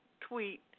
tweet